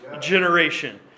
generation